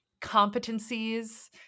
competencies